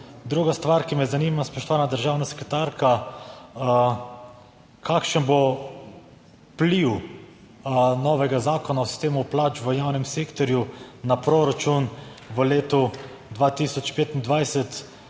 Druga stvar, ki me zanima, spoštovana državna sekretarka. Kakšen bo vpliv novega Zakona o sistemu plač v javnem sektorju na proračun v letu 2025?